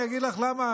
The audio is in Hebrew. אני אגיד לך למה,